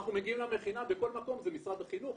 אנחנו מגיעים למכינה בכל מקום זה משרד החינוך,